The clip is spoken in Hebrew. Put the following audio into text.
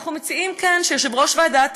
אנחנו מציעים כאן שיושב-ראש ועדת